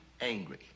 angry